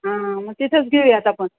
हां मग तिथंच घेऊयात आपण